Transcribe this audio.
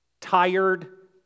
tired